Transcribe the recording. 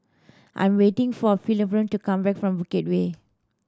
I'm waiting for Philomene to come back from Bukit Way